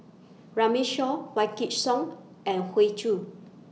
Runme Shaw Whikidd Song and Hoey Choo